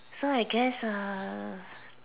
so I guess err